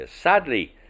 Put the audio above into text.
Sadly